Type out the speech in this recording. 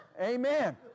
Amen